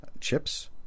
Chips